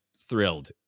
thrilled